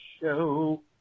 show